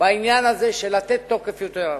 בעניין הזה של לתת תוקף לזמן יותר ארוך,